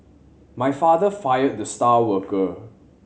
my father fired the star worker